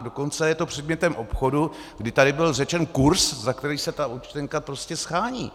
Dokonce je to předmětem obchodu, kdy tady byl řečen kurz, za který se ta účtenka shání.